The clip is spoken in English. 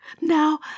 Now